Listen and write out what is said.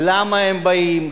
למה הם באים,